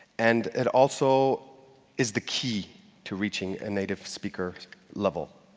and it also is the key to reaching a native-speaker level,